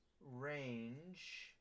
range